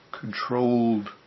controlled